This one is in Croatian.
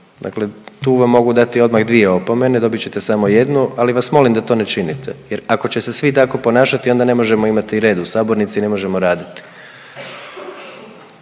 dakle tu vam mogu dati odmah i dvije opomene, dobit ćete samo jednu, ali vas molim da to ne činite jer ako će se svi tako ponašati onda ne možemo imati red u sabornici i ne možemo raditi.